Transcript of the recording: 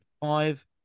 five